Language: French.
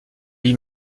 lui